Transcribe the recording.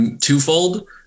twofold